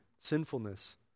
sinfulness